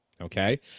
Okay